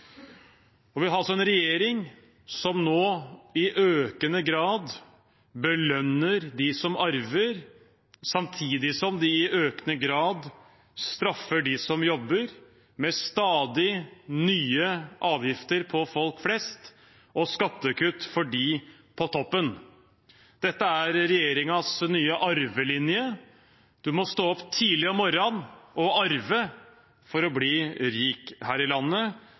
Vi har en regjering som i økende grad belønner dem som arver, samtidig som de i økende grad straffer dem som jobber, med stadig nye avgifter for folk flest og skattekutt for dem på toppen. Dette er regjeringens nye «arvelinje»: Du må stå opp tidlig om morgenen og arve for å bli rik her i landet,